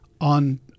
on